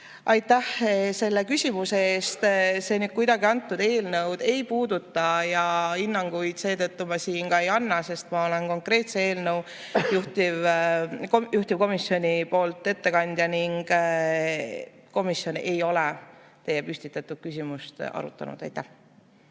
Aitäh selle küsimuse eest! See nüüd kuidagi kõnealust eelnõu ei puuduta ja seetõttu ma siin ka hinnanguid ei anna. Ma olen konkreetse eelnõu juhtivkomisjoni ettekandja ning komisjon ei ole teie püstitatud küsimust arutanud. Aitäh